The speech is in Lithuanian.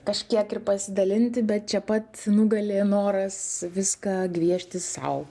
kažkiek ir pasidalinti bet čia pat nugali noras viską gviežtis sau